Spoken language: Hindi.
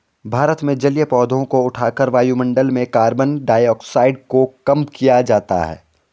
भारत में जलीय पौधों को उठाकर वायुमंडल में कार्बन डाइऑक्साइड को कम किया जाता है